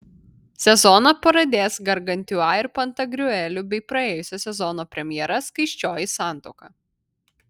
sezoną pradės gargantiua ir pantagriueliu bei praėjusio sezono premjera skaisčioji santuoka